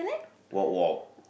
walk walk